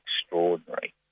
extraordinary